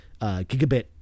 gigabit